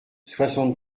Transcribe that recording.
soixante